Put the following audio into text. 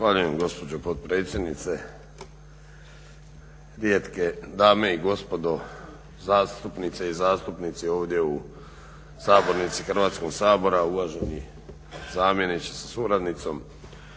Zahvaljujem gospođo potpredsjednice, rijetke dame i gospodo zastupnice i zastupnici ovdje u sabornici Hrvatskoga sabora, uvaženi zamjeniče sa suradnicom.